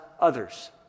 others